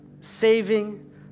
saving